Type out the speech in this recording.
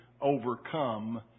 overcome